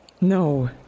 No